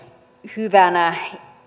hyvänä